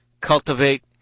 cultivate